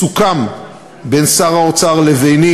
סוכם בין שר האוצר לביני,